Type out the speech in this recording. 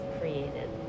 created